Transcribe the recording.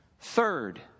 third